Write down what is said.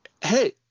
hey